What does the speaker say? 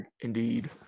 Indeed